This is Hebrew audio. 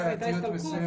בעיתיות מסוימת.